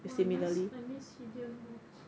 !wah! I miss I miss hillion mall